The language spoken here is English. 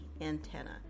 antenna